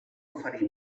oferir